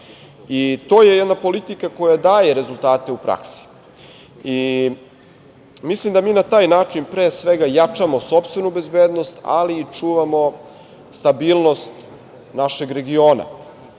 je jedna politika koja daje rezultate u praksi. Mislim da mi na taj način, pre svega jačamo sopstvenu bezbednost, ali i čuvamo stabilnost našeg regiona.